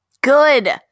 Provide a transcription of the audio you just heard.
Good